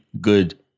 good